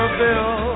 bill